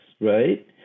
right